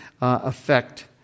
affect